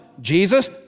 Jesus